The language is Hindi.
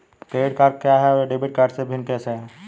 क्रेडिट कार्ड क्या है और यह डेबिट कार्ड से कैसे भिन्न है?